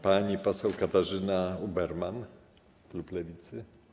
Pani poseł Katarzyna Ueberhan, klub Lewicy.